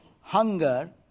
hunger